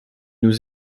nous